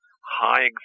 high